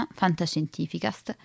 fantascientificast